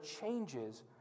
changes